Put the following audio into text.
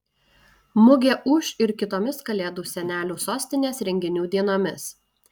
mugė ūš ir kitomis kalėdų senelių sostinės renginių dienomis